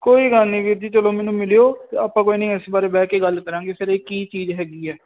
ਕੋਈ ਗੱਲ ਨਹੀਂ ਵੀਰ ਜੀ ਚਲੋ ਮੈਨੂੰ ਮਿਲਿਓ ਆਪਾਂ ਕੋਈ ਨਹੀਂ ਇਸ ਬਾਰੇ ਬਹਿ ਕੇ ਗੱਲ ਕਰਾਂਗੇ ਫਿਰ ਇਹ ਕੀ ਚੀਜ਼ ਹੈਗੀ ਹੈ